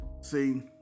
See